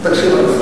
תקשיב עד הסוף.